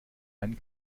einen